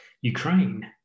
Ukraine